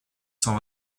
cent